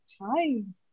time